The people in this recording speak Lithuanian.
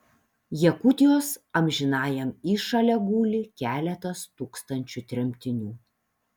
jakutijos amžinajam įšale guli keletas tūkstančių tremtinių